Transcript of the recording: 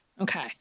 okay